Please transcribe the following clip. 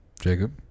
Jacob